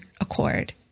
accord